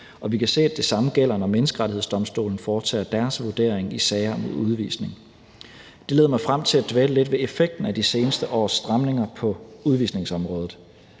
Og vi kan se, at det samme gælder, når Menneskerettighedsdomstolen foretager deres vurdering i sager om udvisning. Det leder mig frem til at dvæle lidt ved effekten af de seneste års stramninger på udvisningsområdet.